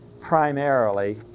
primarily